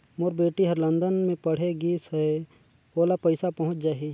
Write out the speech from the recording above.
मोर बेटी हर लंदन मे पढ़े गिस हय, ओला पइसा पहुंच जाहि?